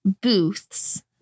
booths